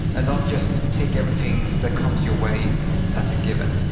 and not just take everything that comes your way as a given.